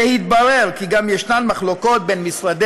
והתברר גם כי ישנן מחלוקות בין משרדי